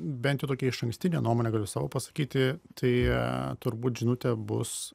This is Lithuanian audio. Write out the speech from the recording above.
bent jau tokia išankstinę nuomonę galiu savo pasakyti tai turbūt žinutė bus